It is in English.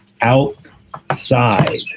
outside